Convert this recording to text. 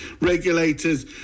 Regulators